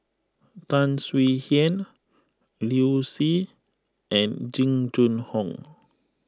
Tan Swie Hian Liu Si and Jing Jun Hong